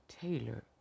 Taylor